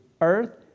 earth